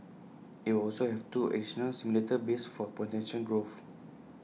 IT will also have two additional simulator bays for potential growth